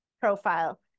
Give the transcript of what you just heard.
profile